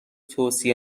توصیه